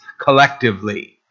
collectively